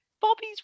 Bobby's